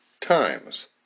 times